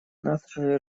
наши